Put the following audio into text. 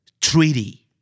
Treaty